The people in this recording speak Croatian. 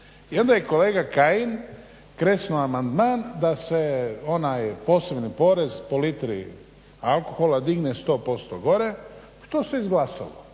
i onda je kolega Kajin kresnuo amandman da se onaj posebni porez po litri alkohola digne 100% gore, što se izglasalo.